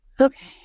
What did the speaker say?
Okay